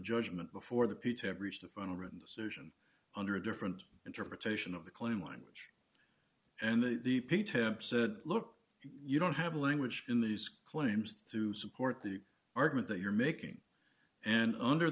judgment before the p t have reached a final written decision under a different interpretation of the claim language and the d p temp said look you don't have a language in these claims to support the argument that you're making and under